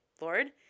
Lord